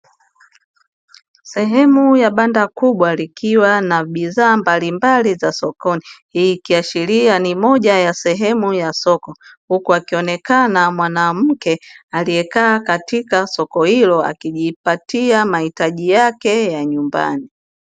Sehemu ya banda kubwa, likiwa na bidhaa mbalimbali za sokoni, hii ikiashiria ni moja ya sehemu ya soko. Huku akionekaana mwanamke aliye kaa katika soko hilo akijipatia mahitaji yake ya nyumbani.